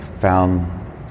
found